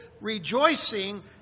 rejoicing